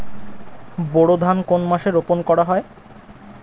বোরো ধান কোন মাসে রোপণ করা হয়?